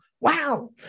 Wow